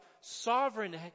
sovereign